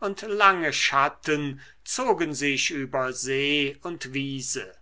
und lange schatten zogen sich über see und wiese